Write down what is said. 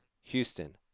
Houston